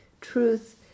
truth